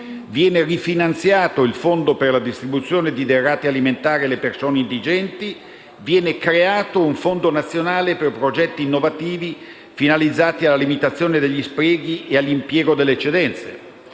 Viene rifinanziato il fondo per la distribuzione di derrate alimentari alle persone indigenti e viene creato un fondo nazionale per progetti innovativi finalizzati alla limitazione degli sprechi e all'impiego delle eccedenze.